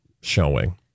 showing